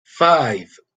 five